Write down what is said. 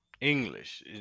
English